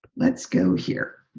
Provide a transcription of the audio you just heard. let's go here.